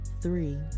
Three